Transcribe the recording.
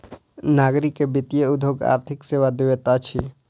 नागरिक के वित्तीय उद्योग आर्थिक सेवा दैत अछि